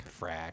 frack